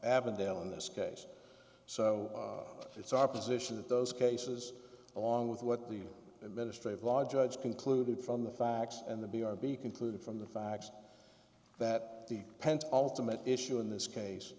avondale in this case so it's our position that those cases along with what the administrative law judge concluded from the facts and the b r be concluded from the fact that the pent up demand issue in this case